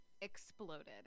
exploded